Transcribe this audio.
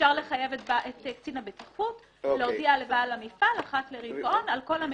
אפשר לחייב את קצין הבטיחות להודיע לבעל המפעל אחת לרבעון על כל המידע.